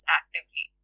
actively